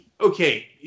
Okay